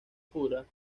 pura